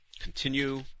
continue